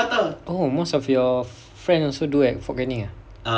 oh most of your friend also do at fort canning ah